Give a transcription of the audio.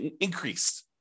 increased